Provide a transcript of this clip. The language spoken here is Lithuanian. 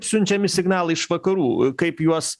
siunčiami signalai iš vakarų kaip juos